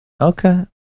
Okay